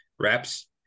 reps